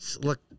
Look